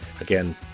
Again